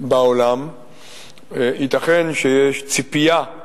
בעולם ייתכן שיש ציפייה של